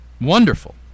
wonderful